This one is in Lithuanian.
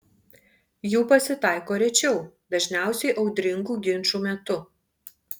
jų pasitaiko rečiau dažniausiai audringų ginčų metu